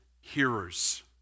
hearers